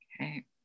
Okay